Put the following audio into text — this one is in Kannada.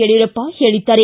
ಯಡಿಯೂರಪ್ಪ ಹೇಳಿದ್ದಾರೆ